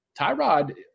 Tyrod